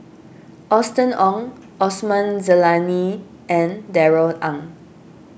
Austen Ong Osman Zailani and Darrell Ang